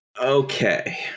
Okay